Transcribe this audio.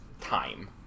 time